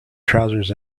trousers